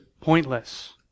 pointless